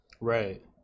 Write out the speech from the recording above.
right